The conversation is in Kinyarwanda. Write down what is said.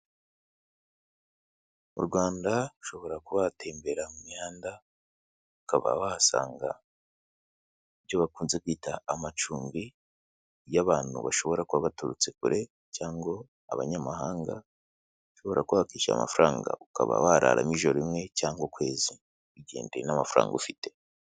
U Rwanda ushobora kuba watembera mu mihanda, ukaba wahasanga ibyo bakunze kwita amacumbi y'abantu bashobora kuba baturutse kure cyangwa abanyamahanga, ushobora kuba wakwishyura amafaranga ukaba wararamo ijoro rimwe cyangwa ukwezi bigendeye n'amafaranga ufite.